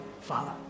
Father